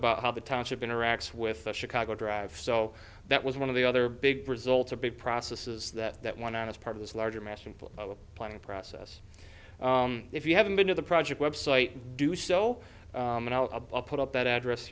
about how the township interacts with chicago drive so that was one of the other big results a big process is that that went on as part of this larger machinable planning process if you haven't been to the project website do so and i'll put up that address